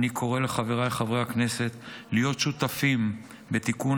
אני קורא לחבריי חברי הכנסת להיות שותפים בתיקון